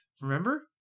Remember